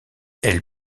elle